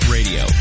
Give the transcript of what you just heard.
Radio